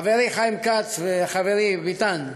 חברי חיים כץ וחברי ביטן.